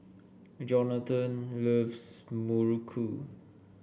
Johnathon loves Muruku